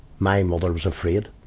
my mother was afraid.